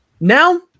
Now